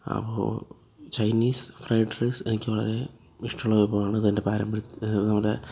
അപ്പോൾ Chinese fried rice എനിക്ക് വളരെ ഇഷ്ടമുള്ള വിഭവമാണ് ഇത് എൻ്റെ പാരമ്പര്യത്തിന് നമ്മളുടെ